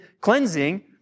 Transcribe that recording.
cleansing